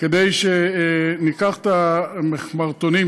כדי שניקח את המכמורתנים,